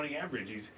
average